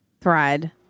Thread